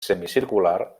semicircular